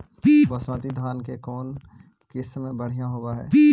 बासमती धान के कौन किसम बँढ़िया होब है?